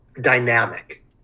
dynamic